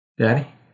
Daddy